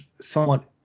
somewhat